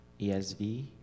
ESV